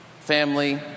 family